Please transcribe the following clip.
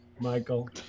Michael